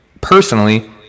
personally